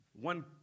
One